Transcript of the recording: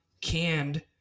canned